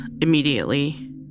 immediately